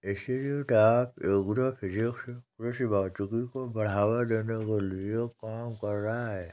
institute of agro physics कृषि भौतिकी को बढ़ावा देने के लिए काम कर रहा है